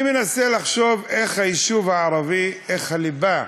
אני מנסה לחשוב איך היישוב הערבי, איך הליבה,